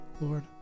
Lord